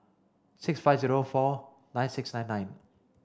six five zero four nine six nine nine